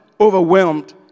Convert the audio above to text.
overwhelmed